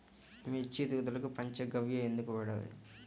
మిర్చి ఎదుగుదలకు పంచ గవ్య ఎందుకు వాడాలి?